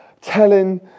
telling